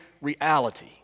reality